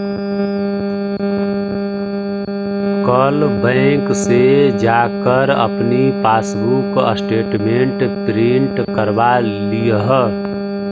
कल बैंक से जाकर अपनी पासबुक स्टेटमेंट प्रिन्ट करवा लियह